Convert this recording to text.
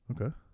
Okay